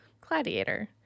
Gladiator